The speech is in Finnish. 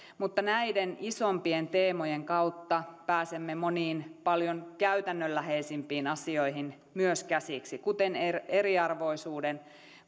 mutta näiden isompien teemojen kautta pääsemme myös moniin paljon käytännönläheisempiin asioihin käsiksi kuten eriarvoisuuden